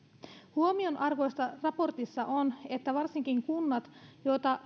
huomionarvoista raportissa on että varsinkin kunnat joita